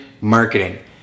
marketing